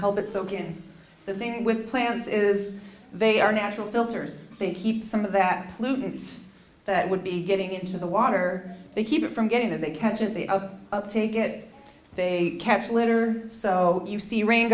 help it soak in the thing with plants is they are natural filters they keep some of that pollutants that would be getting into the water they keep it from getting that they can gently out take it they catch litter so you see rain